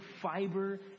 fiber